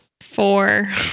Four